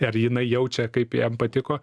ar jinai jaučia kaip jam patiko